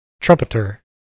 trumpeter